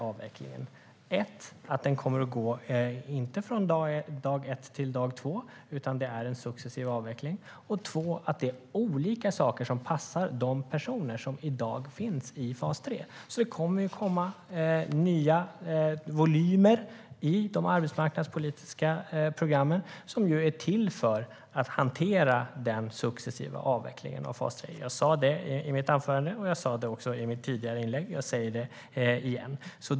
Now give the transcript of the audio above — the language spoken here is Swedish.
Avvecklingen kommer inte att ske från dag ett till dag två, utan det är en successiv avveckling. Dessutom är det olika saker som passar de personer som finns i fas 3. Det kommer nya volymer i de arbetsmarknadspolitiska programmen som är till för att hantera den successiva avvecklingen av fas 3. Jag sa det i mitt anförande och i mitt tidigare inlägg, och jag säger det igen.